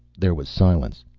there was silence.